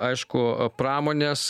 aišku pramonės